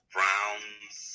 Browns